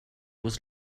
was